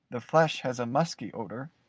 the flesh has a musky odor,